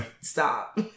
stop